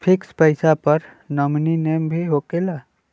Fix पईसा पर nominee name भी होकेला?